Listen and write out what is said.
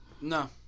No